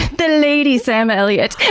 the lady sam elliot.